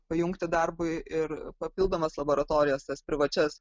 pajungti darbui ir papildomas laboratorijas tas privačias